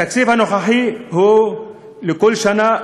התקציב הנוכחי הוא לכל שנה,